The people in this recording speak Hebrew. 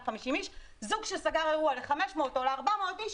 250 איש זוג שסגר אירוע ל-500 או ל-400 איש,